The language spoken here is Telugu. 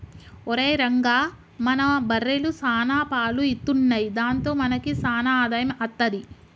ఒరేయ్ రంగా మన బర్రెలు సాన పాలు ఇత్తున్నయ్ దాంతో మనకి సాన ఆదాయం అత్తది